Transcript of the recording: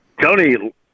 Tony